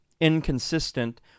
inconsistent